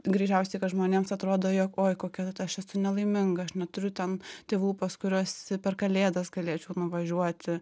greičiausiai kad žmonėms atrodo jog oi kokia aš esu nelaiminga aš neturiu ten tėvų pas kuriuos per kalėdas galėčiau nuvažiuoti